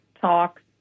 talks